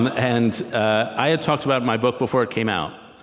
and and i had talked about my book before it came out,